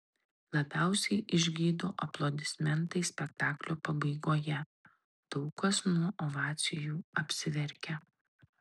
labiausiai išgydo aplodismentai spektaklio pabaigoje daug kas nuo ovacijų apsiverkia